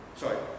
sorry